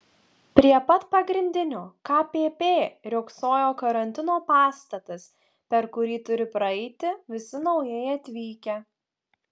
prie pat pagrindinio kpp riogsojo karantino pastatas per kurį turi praeiti visi naujai atvykę